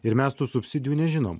ir mes tų subsidijų nežinom